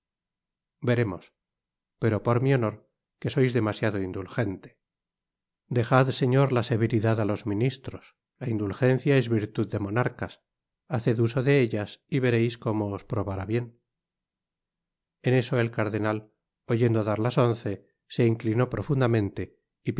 veremos pero por mi honor que sois demasiado indulgente dejad señor la severidad á los ministros la indulgencia es virtud de monarcas haced huso de ellas y vereis como os probará bien en eso el cardenal oyendo dar las once se inclinó profundamente